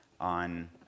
on